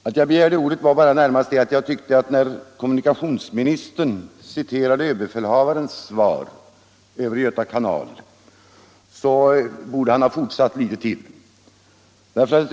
Att jag nu begärt ordet berodde närmast på att jag tyckte att när kommunikationsministern citerade överbefälhavarens svar rörande Göta kanal borde han ha fortsatt litet till.